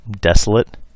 desolate